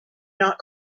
not